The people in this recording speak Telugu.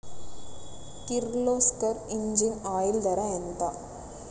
కిర్లోస్కర్ ఇంజిన్ ఆయిల్ ధర ఎంత?